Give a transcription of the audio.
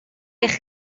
eich